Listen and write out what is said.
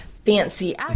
Fancy